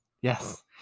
yes